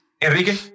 Enrique